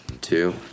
two